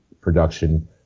production